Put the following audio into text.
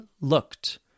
looked